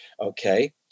okay